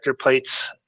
plates